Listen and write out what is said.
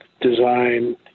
design